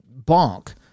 bonk